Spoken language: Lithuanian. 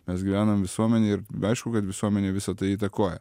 mes gyvename visuomenėj ir aišku kad visuomenė visa tai įtakoja